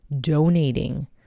donating